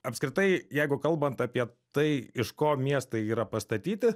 apskritai jeigu kalbant apie tai iš ko miestai yra pastatyti